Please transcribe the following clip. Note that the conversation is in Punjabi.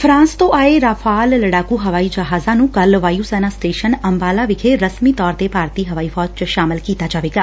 ਫਰਾਂਸ ਤੋਂ ਆਏ ਰਾਫਾਲ ਲੜਾਕੁ ਹਵਾਈ ਜਹਾਜ਼ਾਂ ਨੂੰ ਕੱਲ਼ ਵਾਯੁ ਸੈਨਾ ਸਟੇਸ਼ਨ ਅੰਬਾਲਾ ਵਿਖੇ ਰਸਮੀ ਤੌਰ ਤੇ ਭਾਰਤੀ ਹਵਾਈ ਫੌਜ ਚ ਸ਼ਾਮਲ ਕੀਤਾ ਜਾਵੇਗਾ